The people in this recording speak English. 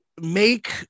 make